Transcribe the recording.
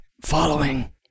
following